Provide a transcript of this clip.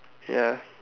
ya